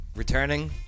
Returning